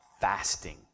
fasting